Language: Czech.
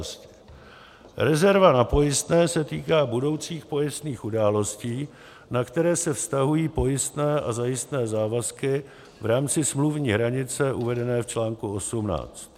2. Rezerva na pojistné se týká budoucích pojistných událostí, na které se vztahují pojistné a zajistné závazky v rámci smluvní hranice uvedené v článku 18.